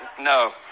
No